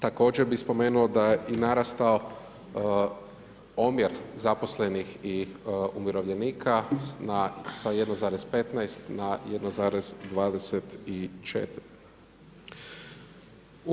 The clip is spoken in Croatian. Također bih spomenuo da je i narastao omjer zaposlenih i umirovljenika sa 1,15 na 1,24.